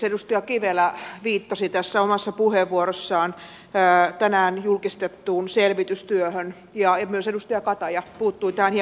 edustaja kivelä viittasi omassa puheenvuorossaan tänään julkistettuun selvitystyöhön ja myös edustaja kataja puuttui tähän hieman eri näkökulmasta